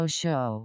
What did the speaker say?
show